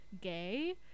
gay